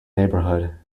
neighbourhood